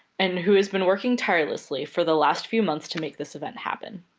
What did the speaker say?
and who has been working tirelessly for the last few months to make this event happen.